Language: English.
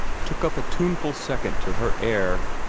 took up a tuneful second to her air.